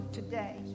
today